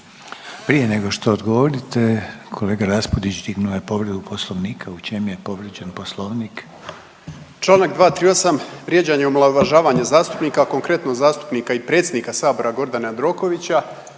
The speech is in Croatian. Prije nego što odgovorite kolega Raspudić dignuo je povredu Poslovnika. U čem je povrijeđen Poslovnik? **Raspudić, Nino (Nezavisni)** Članak 238., vrijeđanje i omalovažavanje zastupnika, konkretno zastupnika i predsjednika sabora Gordana Jandrokovića.